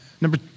Number